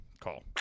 call